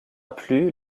plus